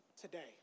today